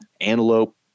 antelope